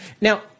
now